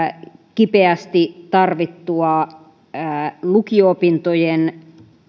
kipeästi tarvittua lukio opintojen